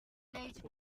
late